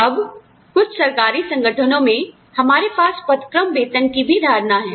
अब कुछ सरकारी संगठनों में हमारे पास पदक्रम वेतन की भी धारणा है